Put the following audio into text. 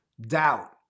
doubt